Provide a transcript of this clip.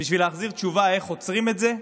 בשביל להחזיר תשובה איך עוצרים את זה.